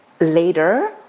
later